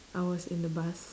I was in the bus